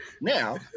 Now